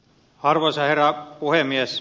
arvoisa herra puhemies